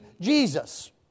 Jesus